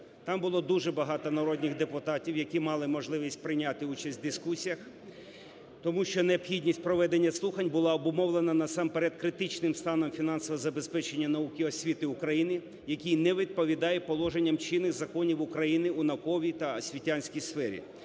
Там було дуже багато народних депутатів, які мали можливість прийняти участь в дискусіях, тому що необхідність проведення слухань була обумовлена насамперед критичним станом фінансового забезпечення науки і освіти України, який не відповідає положенням чинних законів України у науковій та освітянській сфері,